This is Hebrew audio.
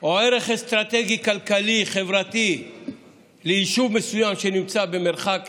או ערך אסטרטגי כלכלי-חברתי ליישוב מסוים שנמצא במרחק